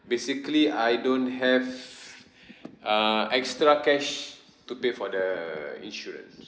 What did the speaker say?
basically I don't have uh extra cash to pay for the insurance